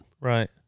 Right